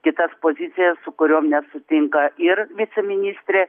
kitas pozicijas su kuriom nesutinka ir viceministrė